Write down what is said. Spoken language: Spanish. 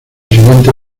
siguiente